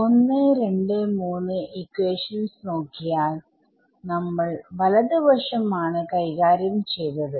123 equations നോക്കിയാൽ നമ്മൾ വലത് വശം ആണ് കൈകാര്യം ചെയ്തത്